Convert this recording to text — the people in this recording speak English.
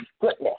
goodness